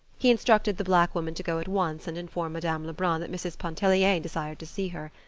he instructed the black woman to go at once and inform madame lebrun that mrs. pontellier desired to see her.